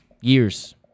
years